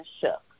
shook